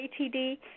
ATD